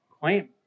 claim